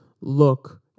look